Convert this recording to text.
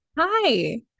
Hi